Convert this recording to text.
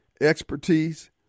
expertise